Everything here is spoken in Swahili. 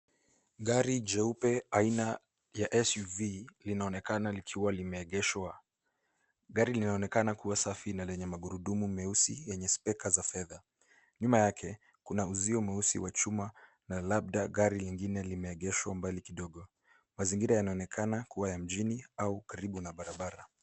Gari jeupe aina ya SUV linaonekana likiwa limeegeshwa. Gari linaonekana kuwa safi na lenye magurudumu meusi yenye speka za fedha. Nyuma yake kuna uzio mweusi wa chuma na labda gari lingine limeegeshwa mbali kidogo. Mazingira yanaonekana kuwa ya mjini au karibu na barabara.